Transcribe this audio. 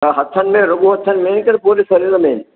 त हथनि में रुॻो हथनि में की पूरे सरीर में